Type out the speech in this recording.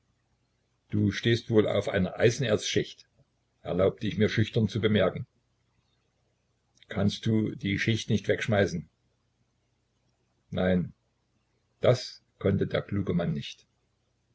du stehst wohl auf einer eisenerzschicht erlaubte ich mir schüchtern zu bemerken kannst du die schicht nicht wegschmeißen nein das konnte der kluge mann nicht